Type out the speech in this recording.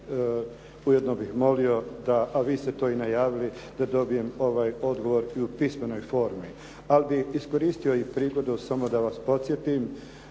ujedno bih molio da, a vi ste to i najavili da dobijem ovaj odgovor i u pismenom formi. Ali bih iskoristio i prigodu samo da vas podsjetim